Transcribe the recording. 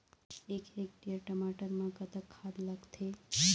एक हेक्टेयर टमाटर म कतक खाद लागथे?